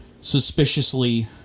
suspiciously